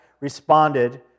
responded